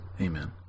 Amen